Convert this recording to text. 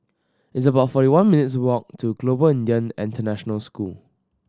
it's about forty one minutes' walk to Global Indian International School